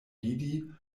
vidi